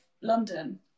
London